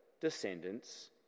descendants